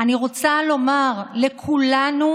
אני רוצה לומר לכולנו: